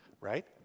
right